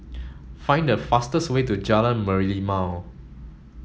find the fastest way to Jalan Merlimau